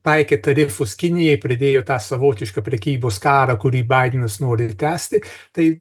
taikė tarifus kinijai pridėjo tą savotišką prekybos karą kurį baidenas nori tęsti tai